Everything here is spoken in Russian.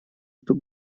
эту